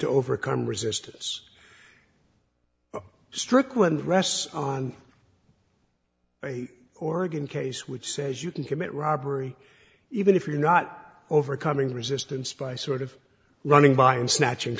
to overcome resistance strickland rests on oregon case which says you can commit robbery even if you're not overcoming resistance by sort of running by and snatching